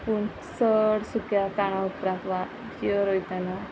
पूण चड सुक्या काळा उपरांत वा बियों रोयताना